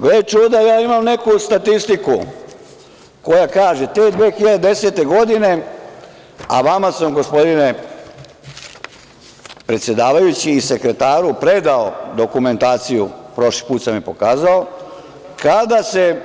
Gle čuda, imam neku statistiku koja kaže – 2010. godine, a vama sam, gospodine predsedavajući i sekretaru, predao dokumentaciju, prošli put sam je pokazao, kada se